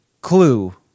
clue